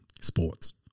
Sports